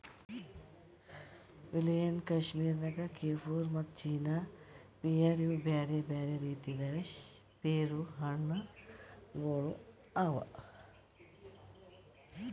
William, Kashmir Nakh, Kieffer ಮತ್ತ China pear ಇವು ಬ್ಯಾರೆ ಬ್ಯಾರೆ ರೀತಿದ್ ಪೇರು ಹಣ್ಣ ಗೊಳ್ ಅವಾ